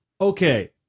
Okay